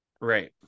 Right